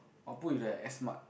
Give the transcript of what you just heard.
or put with the S mart